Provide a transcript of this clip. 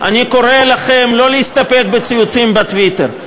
אני קורא לכם לא להסתפק בציוצים בטוויטר,